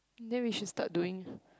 then we should start doing